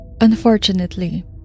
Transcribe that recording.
Unfortunately